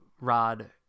rod